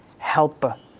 helper